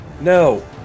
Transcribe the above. No